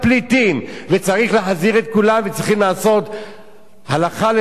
וצריכים לעשות הלכה למעשה ולבצע את הדברים.